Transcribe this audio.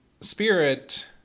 Spirit